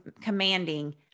commanding